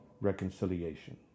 reconciliation